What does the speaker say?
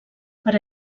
per